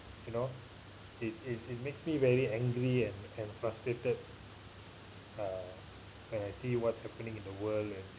you know it it it makes me very angry and and frustrated uh and I see what's happening in the world and